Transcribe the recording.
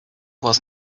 was